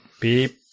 beep